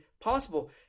possible